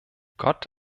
gott